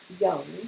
young